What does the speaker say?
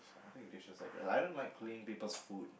I think dishes like I don't like cleaning people's food